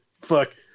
fuck